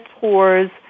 tours